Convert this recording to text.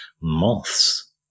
moths